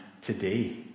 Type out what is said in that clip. today